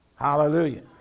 Hallelujah